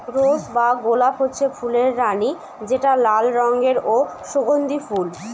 rose বা গলাপ হচ্ছে ফুলের রানী যেটা লাল রঙের ও সুগন্ধি ফুল